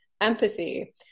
empathy